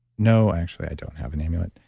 no, actually, i don't have an amulet.